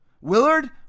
Willard